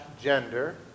gender